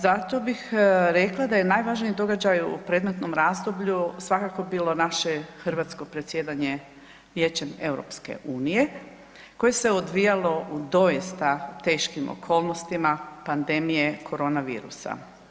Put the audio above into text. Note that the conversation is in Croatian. Zato bih rekla da je najvažniji događaj u predmetnom razdoblju svakako bilo naše hrvatsko predsjedanjem Vijećem EU koje se odvijalo u doista teškim okolnostima pandemije korona virusa.